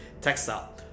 textile